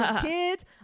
kids